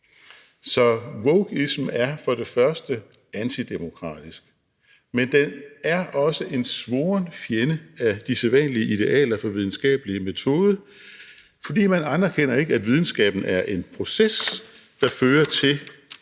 Så wokeism er for det første antidemokratisk, men den er også en svoren fjende af de sædvanlige idealer for videnskabelig metode, fordi man ikke anerkender, at videnskaben er en proces, der fører til